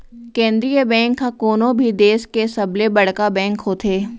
केंद्रीय बेंक ह कोनो भी देस के सबले बड़का बेंक होथे